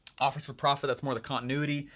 offers for profit, that's more the continuity,